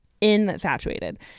infatuated